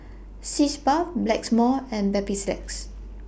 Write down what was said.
Sitz Bath Blackmores and Mepilex